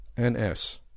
NS